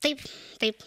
taip taip